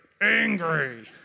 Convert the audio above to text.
angry